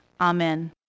Amen